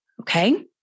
okay